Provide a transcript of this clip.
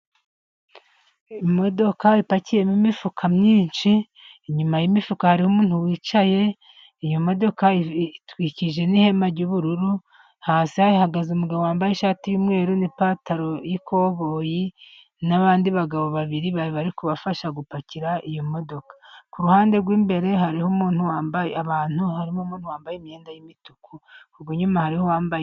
Imodoka ipakiyemo imifuka myinshi, inyuma y'imifuka hariho umuntu wicaye, iyo modoka itwikirije n'ihema ry'ubururu, hasi hahagaze umugabo wambaye ishati y'umweru n'ipantaro y'umukara y'ikoboyi, n'abandi bagabo babiri bari bari kubafasha gupakira iyo modoka, ku ruhande rw'imbere hariho abantu harimo umuntu wambaye imyenda y'imituku, urw'inyuma hariho uwambaye.....